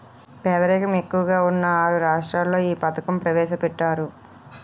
పేదరికం ఎక్కువగా ఉన్న ఆరు రాష్ట్రాల్లో ఈ పథకం ప్రవేశపెట్టారు